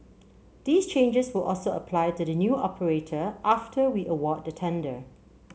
these changes will also apply to the new operator after we award the tender